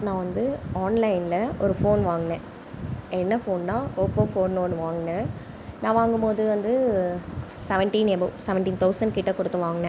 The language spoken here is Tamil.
நா வந்து ஆன்லைனில் ஒரு ஃபோன் வாங்கினேன் என்ன ஃபோன்னா ஓப்போ ஃபோனில் ஒன்று வாங்கினேன் நான் வாங்கும்போது வந்து சவன்டீன் எபவ் சவன்டீன் தெளசண் கிட்ட கொடுத்து வாங்கினேன்